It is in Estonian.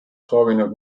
soovinud